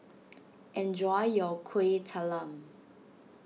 enjoy your Kueh Talam